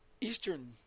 eastern